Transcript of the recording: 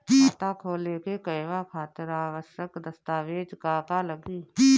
खाता खोले के कहवा खातिर आवश्यक दस्तावेज का का लगी?